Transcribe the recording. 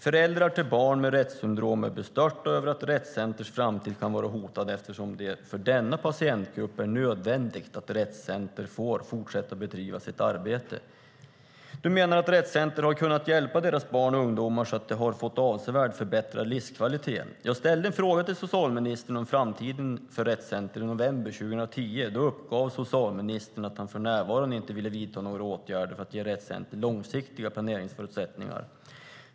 Föräldrar till barn med Retts syndrom är bestörta över att Rett Centers framtid kan vara hotad eftersom det för denna patientgrupp är nödvändigt att Rett Center får fortsätta bedriva sitt arbete. De menar att Rett Center har kunnat hjälpa deras barn och ungdomar så att de har fått avsevärt förbättrad livskvalitet. I november 2010 ställde jag en fråga till socialministern om framtiden för Rett Center. Då uppgav socialministern att han för närvarande inte ville vidta några åtgärder för att ge Rett Center långsiktiga planeringsförutsättningar.